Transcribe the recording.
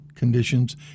Conditions